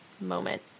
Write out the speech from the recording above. moment